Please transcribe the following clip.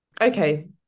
okay